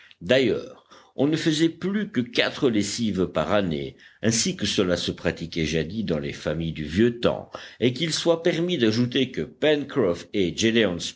d'ailleurs on ne faisait plus que quatre lessives par année ainsi que cela se pratiquait jadis dans les familles du vieux temps et qu'il soit permis d'ajouter que